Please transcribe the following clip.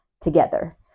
together